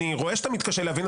אני רואה שאתה מתקשה להבין,